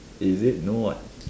is it no what